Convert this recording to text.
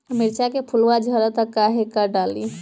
मिरचा के फुलवा झड़ता काहे का डाली?